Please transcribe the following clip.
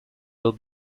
will